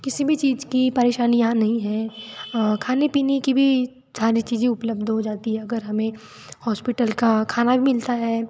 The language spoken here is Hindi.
किसी भी चीज़ की परेशानी यहाँ नहीं है खाने पीने की भी सारी चीज़ें उपलब्ध हो जाती हैं अगर हमें हॉस्पिटल का खाना भी मिलता है